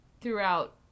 throughout